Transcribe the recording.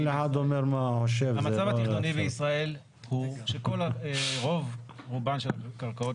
המצב התכנוני בישראל הוא שרוב רובן של הקרקעות